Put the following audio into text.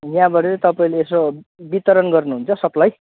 यहाँबाट चाहिँ तपाईँले यसो वितरण गर्नुहुन्छ सप्लाई